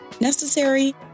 necessary